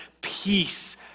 peace